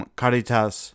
caritas